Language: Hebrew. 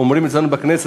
תמיד אומרים אצלנו בכנסת,